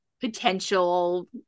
potential